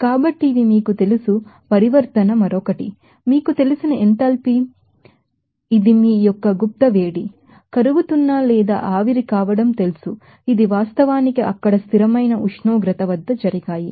కాబట్టి ఇవి మీకు తెలుసు పరివర్తన మరొకటి మీకు తెలిసిన ఎంథాల్పీ మీకు తెలుసు ఇది మీ యొక్క సెన్సిబిల్ హీట్ కరుగుతున్న లేదా ఆవిరి కావడం తెలుసు అవి వాస్తవానికి అక్కడకాన్స్టాంట్ టెంపరేచర్ వద్ద జరిగాయి